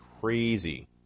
crazy